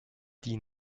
die